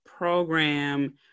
program